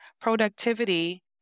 productivity